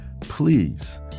Please